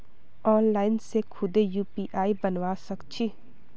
online से खुदे UPI बनवा सक छी